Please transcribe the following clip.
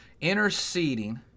interceding